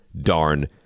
darn